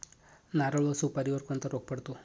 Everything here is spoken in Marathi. नारळ व सुपारीवर कोणता रोग पडतो?